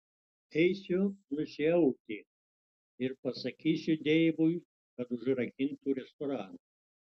eisiu nusiauti ir pasakysiu deivui kad užrakintų restoraną